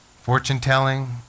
fortune-telling